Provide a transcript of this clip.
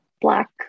Black